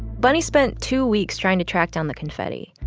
but he spent two weeks trying to track down the confetti.